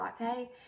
latte